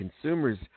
consumers